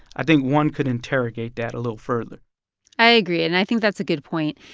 i think one could interrogate that a little further i agree. and i think that's a good point.